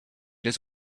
his